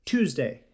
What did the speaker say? Tuesday